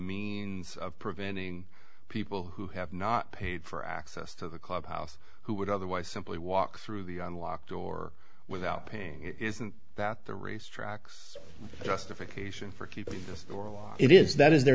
means of preventing people who have not paid for access to the clubhouse who would otherwise simply walk through the unlocked door without paying it isn't that the racetracks justification for keeping the store on it is that is their